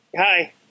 Hi